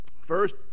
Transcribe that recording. First